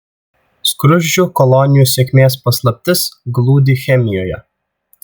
skruzdžių kolonijų sėkmės paslaptis glūdi chemijoje